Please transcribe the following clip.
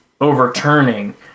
overturning